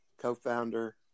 co-founder